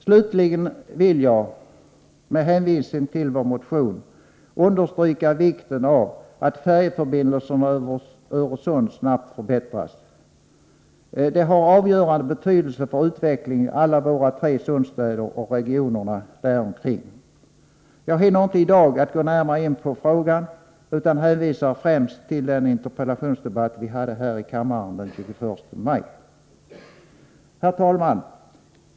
Slutligen vill jag — med hänvisning till vår motion — understryka vikten av att färjeförbindelserna över Öresund snabbt förbättras. Det har avgörande betydelse för utvecklingen i alla våra tre sundsstäder och regionerna däromkring. Jag hinner inte i dag att gå närmare in på frågan utan hänvisar främst till den interpellationsdebatt vi hade här i kammaren den 21 maj. Herr talman!